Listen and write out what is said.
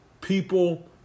people